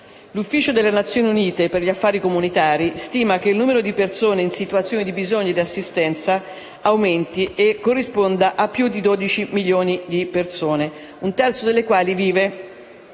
L'ufficio delle Nazioni Unite per gli affari umanitari stima che il numero di persone in situazioni di bisogno di assistenza sia in aumento e corrisponda a più di 12 milioni di persone, un terzo delle quali vive